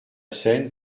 scène